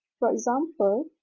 for example,